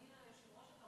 אדוני היושב-ראש,